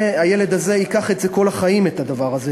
הילד הזה ייקח לכל החיים את הדבר הזה,